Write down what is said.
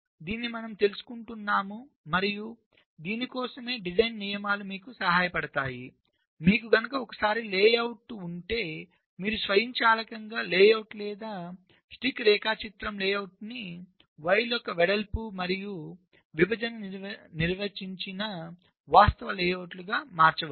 దీనిని మనము తెలుసుకోవాలనుకుంటున్నాము మరియు దీనికోసమే డిజైన్ నియమాలు మీకు సహాయపడతాయి మీకు గనుక ఒకసారి లేఅవుట్ ఉంటే మీరు స్వయంచాలకంగా లేఅవుట్ లేదా స్టిక్ రేఖాచిత్రం లేఅవుట్ను వైర్ల యొక్క వెడల్పు మరియు విభజన నిర్వచించిన వాస్తవ లేఅవుట్గా మార్చవచ్చు